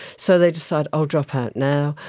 so they decide, i'll drop out now,